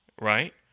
right